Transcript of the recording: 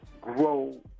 grow